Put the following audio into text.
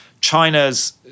China's